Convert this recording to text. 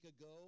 ago